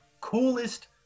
coolest